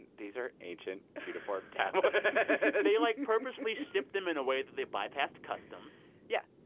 and these are ancient uniformed. they like, purposely shipped them in a way that they bypassed customs yeah.